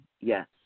yes